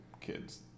kids